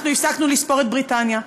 אנחנו הפסקנו לספור את בריטניה.